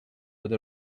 with